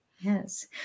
Yes